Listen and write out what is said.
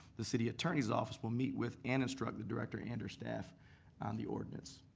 the city attorney's office will meet with and instruct the director and or staff on the ordinance.